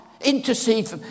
Intercede